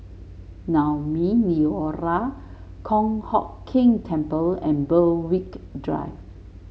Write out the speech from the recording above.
Naumi Liora Kong Hock Keng Temple and Berwick Drive